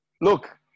Look